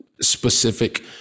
specific